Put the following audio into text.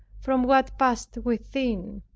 from what passed within!